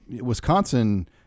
Wisconsin